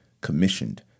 commissioned